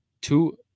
Two